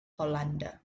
hollander